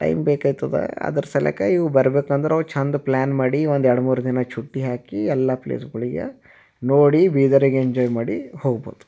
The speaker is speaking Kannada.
ಟೈಮ್ ಬೇಕಾಗ್ತದೆ ಅದರ ಸಲೇಕ ಇವು ಬರಬೇಕಂದ್ರೆ ಅವು ಚೆಂದ ಪ್ಲಾನ್ ಮಾಡಿ ಒಂದು ಎರ್ಡು ಮೂರು ದಿನ ಛುಟ್ಟಿ ಹಾಕಿ ಎಲ್ಲ ಪ್ಲೇಸ್ಗಳಿಗೆ ನೋಡಿ ಬೀದರಿಗೆ ಎಂಜಾಯ್ ಮಾಡಿ ಹೋಗಬಹ್ದು